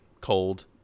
cold